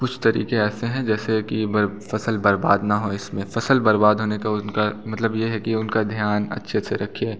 कुछ तरीक़े ऐसे हैं जैसे कि बर फ़सल बर्बाद ना हो इसमें फ़सल बर्बाद होने का उनका मतलब ये है कि उनका ध्यान अच्छे से रखें